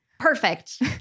Perfect